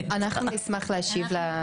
של אלימות כזאת,